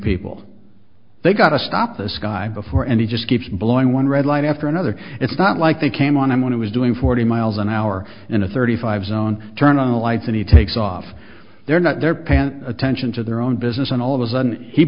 people they got to stop this guy before and he just keeps blowing one red line after another it's not like they came on i'm going to is doing forty miles an hour in a thirty five zone turn on the lights and he takes off they're not there pan attention to their own business and all of a sudden he